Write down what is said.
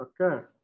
Okay